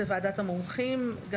ועדת המומחים.